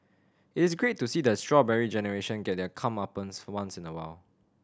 it is great to see the Strawberry Generation get their comeuppance once in a while